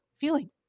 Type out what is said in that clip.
feeling